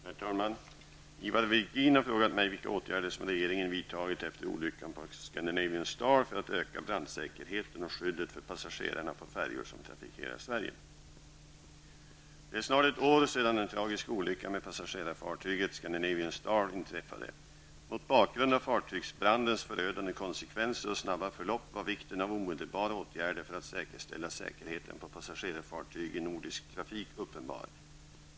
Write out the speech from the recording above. Herr talman! Ivar Virgin har frågat mig vilka åtgärder som regeringen vidtagit, efter olyckan på Scandinavian Star, för att öka brandsäkerheten och skyddet för passagerarna på färjor som trafikerar Det är snart ett år sedan den tragiska olyckan med passagerarfartyget Scandinavian Star inträffade. Mot bakgrund av fartygsbrandens förödande konsekvenser och snabba förlopp var vikten av omedelbara åtgärder för att säkerställa säkerheten på passagerarfartyg i nordisk trafik uppenbar.